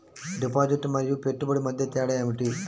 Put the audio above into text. Deposit మరియు పెట్టుబడి మధ్య తేడా ఏమిటి?